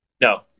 No